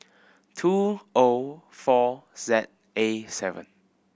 two O four Z A seven